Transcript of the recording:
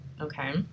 Okay